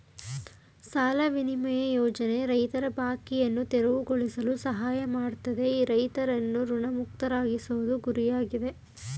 ಸಾಲ ವಿನಿಮಯ ಯೋಜನೆ ರೈತರ ಬಾಕಿಯನ್ನು ತೆರವುಗೊಳಿಸಲು ಸಹಾಯ ಮಾಡ್ತದೆ ರೈತರನ್ನು ಋಣಮುಕ್ತರಾಗ್ಸೋದು ಗುರಿಯಾಗಿದೆ